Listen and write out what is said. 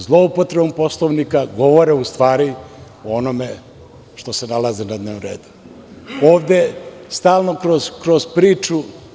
Zloupotrebom Poslovnika govore u stvari o onome što se nalazi na dnevnom redu, ovde stalno kroz priču.